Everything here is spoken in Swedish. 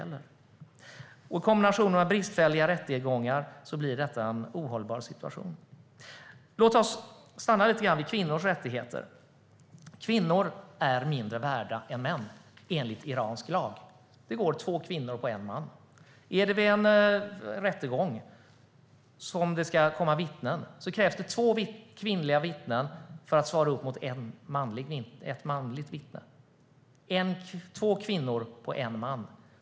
I kombination med bristfälliga rättegångar blir det en ohållbar situation. Låt oss stanna lite grann vid kvinnors rättigheter! Kvinnor är mindre värda än män enligt iransk lag. Det går två kvinnor på en man. Vid en rättegång krävs det två kvinnliga vittnen för att svara upp mot ett manligt vittne.